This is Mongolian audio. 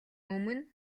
өмнө